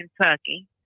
Kentucky